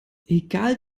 egal